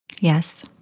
yes